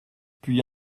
puis